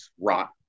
rot